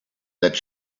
that